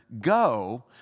go